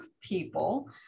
people